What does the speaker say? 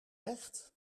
echt